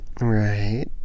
Right